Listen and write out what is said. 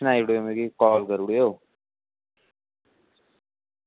सनाई ओड़ेओ मिगी कॉल करी ओड़ेओ